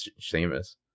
Seamus